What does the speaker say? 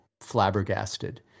flabbergasted